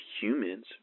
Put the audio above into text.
humans